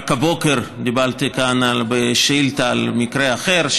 רק הבוקר דיברתי כאן בשאילתה על מקרה אחר,